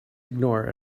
ignore